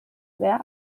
sehr